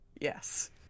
Yes